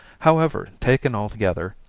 however, taken all together,